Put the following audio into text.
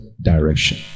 direction